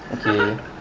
okay